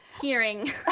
hearing